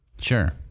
Sure